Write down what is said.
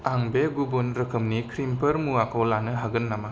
आं बे गुबुन रोखोमनि क्रिमफोर मुवाखौ लानो हागोन नामा